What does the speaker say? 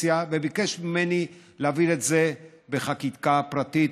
אופוזיציה וביקש ממני להעביר את זה בחקיקה פרטית,